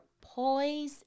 poise